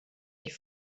die